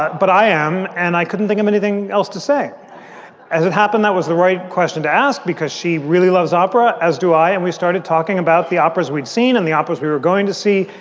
but i am. and i couldn't think of anything else to say as it happened. that was the right question to ask because she really loves opera. as do i. and we started talking about the operas we'd seen in the operas we were going to see.